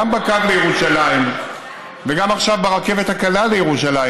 גם בקו לירושלים וגם עכשיו ברכבת הקלה לירושלים,